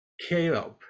Caleb